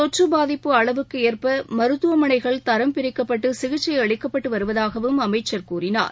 தொற்றுபாதிப்பு அளவுக்குஏற்பமருத்துவமனைகள் தரம் பிரிக்கப்பட்டுசிகிச்சைஅளிக்கப்பட்டுவருவதாகவும் அமைச்சர் கூறினார்